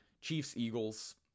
Chiefs-Eagles